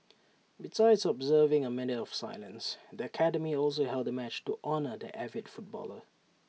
besides observing A minute of silence the academy also held A match to honour the avid footballer